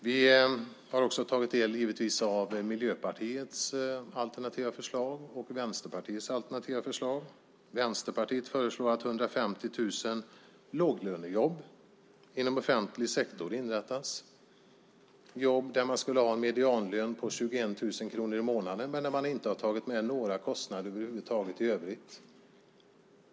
Vi har givetvis också tagit del av Miljöpartiets och Vänsterpartiets alternativa förslag. Vänsterpartiet föreslår att 150 000 låglönejobb inom offentlig sektor ska inrättas. Det är jobb där man skulle ha en medianlön på 21 000 kronor i månaden. Men man har inte tagit med några kostnader över huvud taget i övrigt.